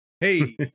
hey